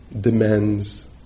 demands